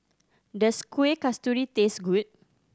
does Kuih Kasturi taste good